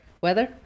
weather